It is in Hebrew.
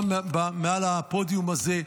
גם מעל הפודיום הזה,